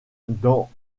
dans